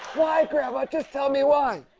why, grandma? just tell me why.